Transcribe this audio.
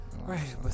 right